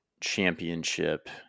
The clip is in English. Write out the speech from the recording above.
championship